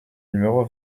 numéro